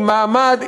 עם מעמד,